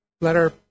letter